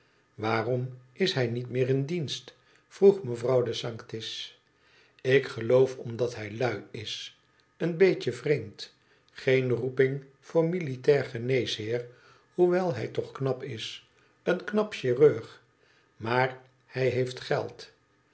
waarom is hij niet meer in dienst vroeg mevrouw de sanctis ik geloof omdat hij lui is een beetje vreemd geen roeping voor militair geneesheer hoewel hij toch knap is een knap chirurg maar hij heeft geld